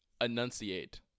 enunciate